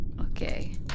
Okay